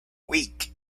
week